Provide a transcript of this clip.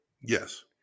Yes